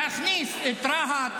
להכניס את רהט,